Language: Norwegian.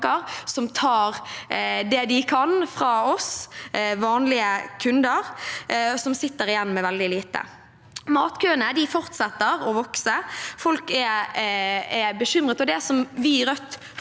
som tar det de kan fra oss vanlige kunder, som sitter igjen med veldig lite. Matkøene fortsetter å vokse. Folk er bekymret.